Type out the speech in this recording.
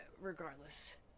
Regardless